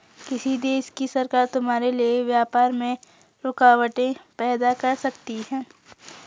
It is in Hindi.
किसी देश की सरकार तुम्हारे लिए व्यापार में रुकावटें पैदा कर सकती हैं